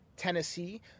Tennessee